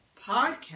podcast